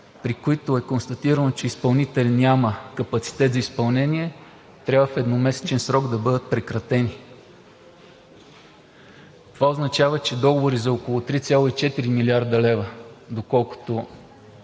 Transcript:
при които е констатирано, че изпълнителят няма капацитет за изпълнение, трябва в едномесечен срок да бъдат прекратени. Това означава, че договори за около 3,4 млрд. лв., доколкото